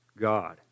God